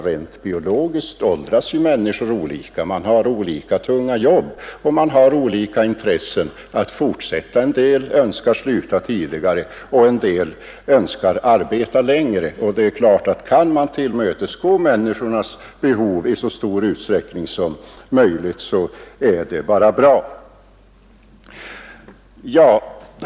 Rent biologiskt åldras människor olika. Man har olika tunga jobb, och man har olika intresse att fortsätta — en del önskar sluta tidigare och andra önskar arbeta längre. Kan man tillmötesgå människornas behov i dessa avseenden är det bara bra.